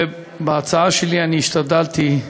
ובהצעה שלי השתדלתי,